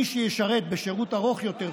מי שישרת בשירות ארוך יותר,